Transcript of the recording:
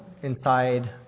inside